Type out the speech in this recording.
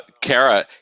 kara